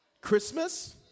Christmas